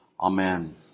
Amen